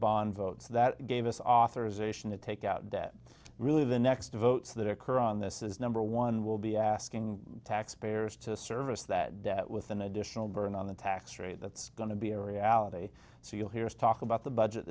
bond votes that gave us authorization to take out debt really the next votes that occur on this is number one will be asking taxpayers to service that debt with an additional burden on the tax rate that's going to be a reality so you'll hear us talk about the budget